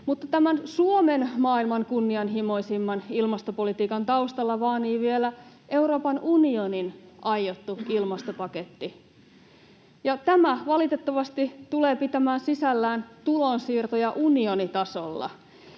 Mutta tämän Suomen maailman kunnianhimoisimman ilmastopolitiikan taustalla vaanii vielä Euroopan unionin aiottu ilmastopaketti, ja tämä valitettavasti tulee pitämään sisällään tulonsiirtoja unionitasolla.